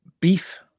Beef